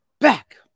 back